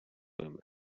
him